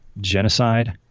genocide